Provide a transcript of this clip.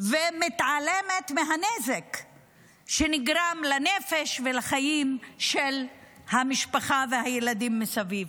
ומתעלמת מהנזק שנגרם לנפש ולחיים של המשפחה והילדים מסביב.